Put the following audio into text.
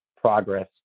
progress